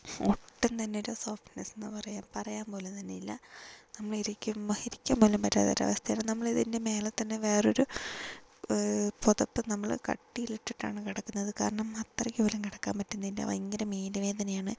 ഒട്ടും തന്നെ ഒരു സോഫ്റ്റ്നസ്സ് എന്നു പറയാൻ പറയാൻ പോലും തന്നെ ഇല്ല നമ്മൾ ഇരിക്കുമ്പോൾ ഇരിക്കാൻ പോലും പറ്റാത്ത ഒരു അവസ്ഥയാണ് നമ്മൾ ഇതിന്റെ മേലെത്തന്നെ വേറൊരു പുതപ്പ് നമ്മള് കട്ടിയിൽ ഇട്ടിട്ടാണ് കിടക്കുന്നത് കാരണം അത്രയ്ക്ക് പോലും കിടക്കാൻ പറ്റുന്നില്ല ഭയങ്കര മേല് വേദനയാണ്